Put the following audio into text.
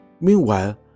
Meanwhile